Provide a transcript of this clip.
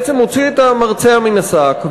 בעצם הוציא את המרצע מן השק,